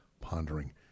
Pondering